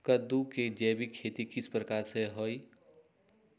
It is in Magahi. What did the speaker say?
कददु के जैविक खेती किस प्रकार से होई?